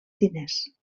diners